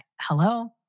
Hello